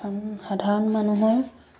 সাধাৰণ মানুহৰ